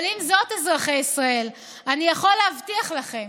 אבל עם זאת, אזרחי ישראל, אני יכול להבטיח לכם